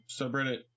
subreddit